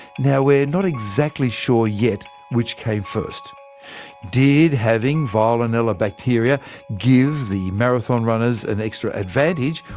now we're not exactly sure yet which came first did having veillonella bacteria give the marathon runners an extra advantage,